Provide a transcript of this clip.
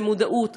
וזו מודעות,